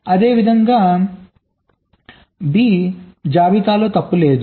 అదేవిధంగా B జాబితాలో తప్పు లేదు